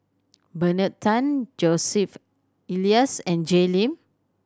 Bernard Tan Joseph Elias and Jay Lim